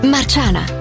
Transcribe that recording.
Marciana